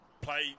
play